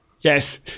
Yes